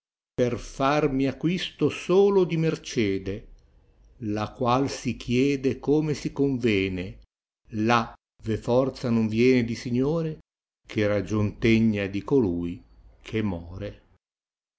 per farmi acquisto solo di mercede la qual si chiede come si convene là ve forza non viene di signore che ragion tegna di colui che more